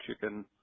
chicken